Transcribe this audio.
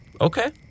okay